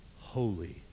holy